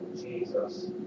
Jesus